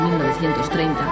1930